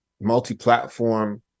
multi-platform